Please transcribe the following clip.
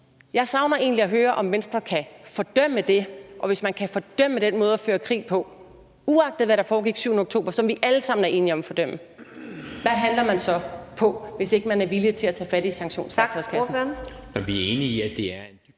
Jeg savner egentlig at høre, om Venstre kan fordømme det, og hvis man kan fordømme den måde at føre krig på, uagtet hvad der foregik den 7. oktober, som vi alle sammen er enige om at fordømme, hvad handler man så på, hvis ikke man er villig til at tage fat i sanktionsværktøjskassen?